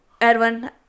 Edwin